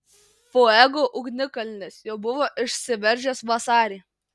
fuego ugnikalnis jau buvo išsiveržęs vasarį